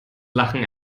lachen